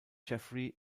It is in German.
jeffrey